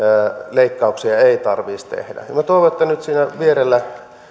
leikkauksia ei tarvitsisi tehdä minä toivon että nyt siinä vierellä